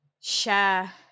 share